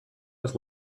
was